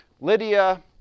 Lydia